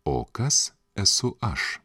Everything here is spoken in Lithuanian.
o kas esu aš